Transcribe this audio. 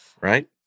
Right